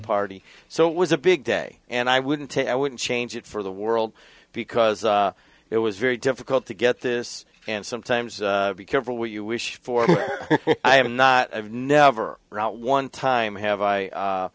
party so it was a big day and i wouldn't take i wouldn't change it for the world because it was very difficult to get this and sometimes be careful what you wish for i have not i've never wrote one time have